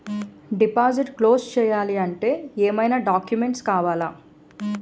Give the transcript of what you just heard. Deposit close చేయాలి అంటే ఏమైనా డాక్యుమెంట్స్ కావాలా?